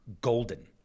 golden